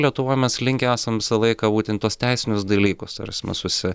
lietuvoj mes linkę esam visą laiką būtent į tuos teisinius dalykus ta prasme susi